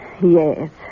Yes